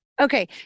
Okay